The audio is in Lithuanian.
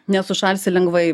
nesušalsi lengvai